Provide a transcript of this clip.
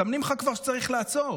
מסמנים לך כבר שצריך לעצור.